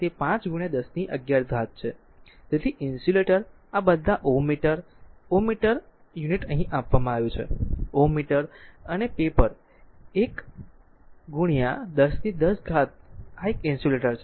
તેથી ઇન્સ્યુલેટર આ બધા Ω મીટર Ω મીટર યુનિટ અહીં આપવામાં આવ્યું છે Ω મીટર અને પેપર એક 1010 આ ઇન્સ્યુલેટર છે